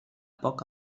poc